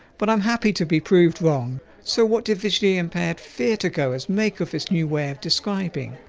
but i'm happy to be proved wrong. so, what do visually impaired theatre goers make of this new way of describing.